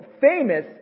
famous